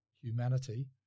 humanity